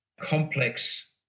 complex